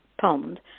pond